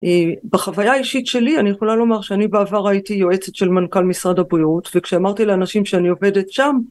בחוויה האישית שלי אני יכולה לומר שאני בעבר הייתי יועצת של מנכ״ל משרד הבריאות וכשאמרתי לאנשים שאני עובדת שם